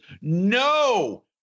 no